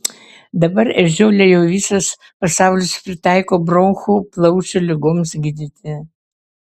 dabar ežiuolę jau visas pasaulis pritaiko bronchų plaučių ligoms gydyti